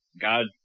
God